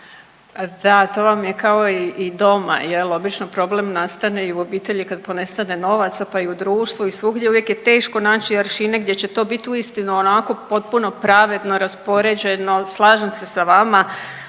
Da, to vam je kao i doma. Obično problem nastane i u obitelji kad ponestane novaca, pa i u društvu i svugdje. Uvijek je teško naći aršine gdje će to biti uistinu onako potpuno pravedno raspoređeno. Slažem se sa vama,